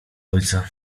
ojca